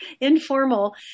informal